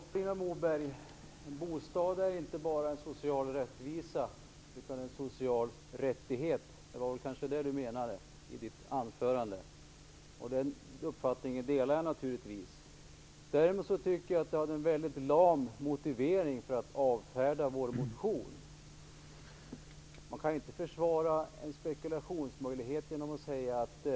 Herr talman! Carina Moberg, en bostad är inte bara en social rättvisa utan en social rättighet. Det var kanske det Carina Moberg menade i sitt anförande. Den uppfattningen delar jag naturligtvis. Däremot tycker jag att Carina Moberg hade en mycket lam motivering för att avfärda vår motion. Man kan inte försvara en spekulationsmöjlighet genom att säga att